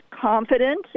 confident